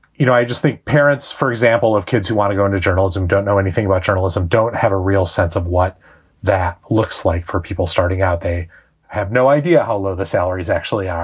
you know, i just think parents, for example, of kids who want to go into journalism don't know anything about journalism, don't have a real sense of what that looks like for people starting out. they have no idea how low the salaries actually are.